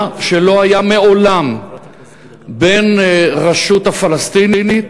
שלא היה מעולם בין הרשות הפלסטינית